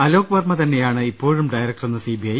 അലോക് വർമ്മ തന്നെയാണ് ഇപ്പോഴും ഡയറക്ടറെന്ന് സി ബി ഐ